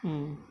mm